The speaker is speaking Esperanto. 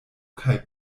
kaj